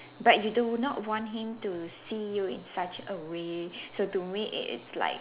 but you do not want him to see you in such a way so to me it is like